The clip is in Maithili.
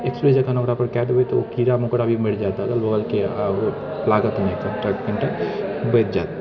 स्प्रे जखनि ओकरा पर कै देबै तऽ ओ कीड़ा मकोड़ा भी मरि जायत अगल बगलके आ ओ लागत नहि कनिटा कनिटा बचि जायत